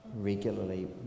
regularly